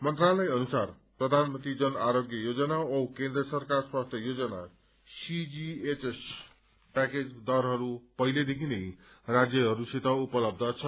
मन्त्रालय अनुसार प्रधानमन्त्री जन आरोम्य योजना औ केन्द्र सरकार स्वास्थ्य योजना सीजीएच एस प्याकेज दरहरू पहिलेदेखि नै राज्यहरूसित उपलब्य छन्